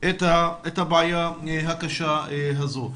את הבעיה הקשה הזו.